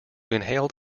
inhaled